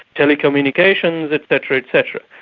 telecommunications, et cetera, et cetera.